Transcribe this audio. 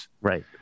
right